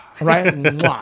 Right